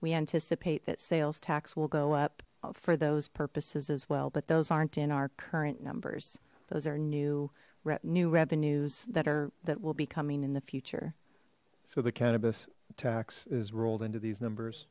we anticipate that sales tax will go up for those purposes as well but those aren't in our current numbers those are new new revenues that are that will be coming in the future so the cannabis tax is rolled into these numbers